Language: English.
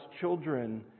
children